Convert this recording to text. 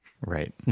right